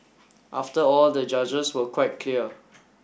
after all the judges were quite clear